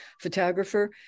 photographer